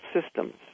systems